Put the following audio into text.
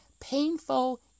painful